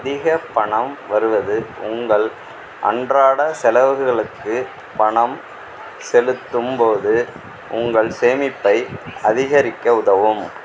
அதிக பணம் வருவது உங்கள் அன்றாட செலவுகளுக்கு பணம் செலுத்தும்போது உங்கள் சேமிப்பை அதிகரிக்க உதவும்